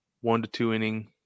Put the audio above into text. one-to-two-inning